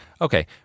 Okay